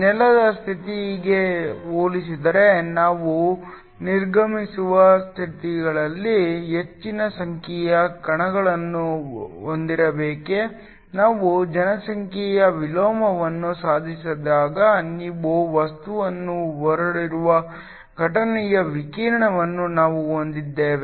ನೆಲದ ಸ್ಥಿತಿಗೆ ಹೋಲಿಸಿದರೆ ನಾವು ನಿರ್ಗಮಿಸಿದ ಸ್ಥಿತಿಗಳಲ್ಲಿ ಹೆಚ್ಚಿನ ಸಂಖ್ಯೆಯ ಕಣಗಳನ್ನು ಹೊಂದಿರಬೇಕೇ ನಾವು ಜನಸಂಖ್ಯೆಯ ವಿಲೋಮವನ್ನು ಸಾಧಿಸಿದಾಗ ನಿಮ್ಮ ವಸ್ತುವನ್ನು ಹೊಡೆಯುವ ಘಟನೆಯ ವಿಕಿರಣವನ್ನು ನಾವು ಹೊಂದಿದ್ದೇವೆ